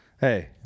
Hey